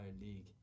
league